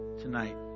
tonight